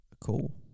Cool